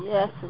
Yes